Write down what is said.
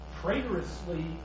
traitorously